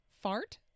fart